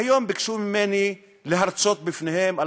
והיום ביקשו ממני להרצות בפניהם על